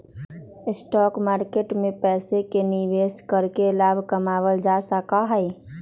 stock market में पैसे के निवेश करके लाभ कमावल जा सका हई